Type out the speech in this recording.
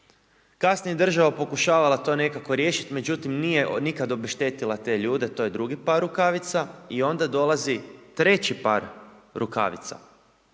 kasnije je država pokušavala to nekako riješiti, međutim, nije nikada obeštetila te ljude, to je drugi par rukavica i onda dolazi treći par rukavica.